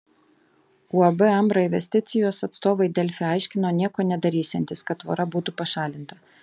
uab ambra investicijos atstovai delfi aiškino nieko nedarysiantys kad tvora būtų pašalinta